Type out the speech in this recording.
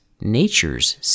nature's